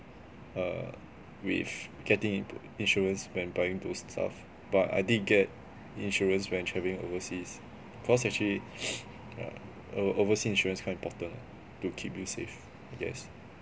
err with getting into insurance when buying those stuff but I did get insurance when travelling overseas because actually yeah over~ oversea insurance quite important ah to keep you safe I guess